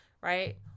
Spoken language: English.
right